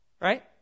Right